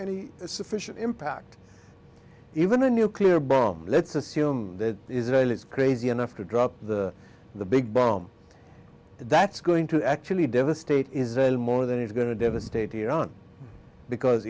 any sufficient impact even a nuclear bomb let's assume that israel is crazy enough to drop the big bomb that's going to actually devastate israel more than it's going to devastate iran because